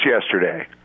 yesterday